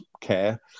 care